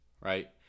right